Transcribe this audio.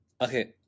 Okay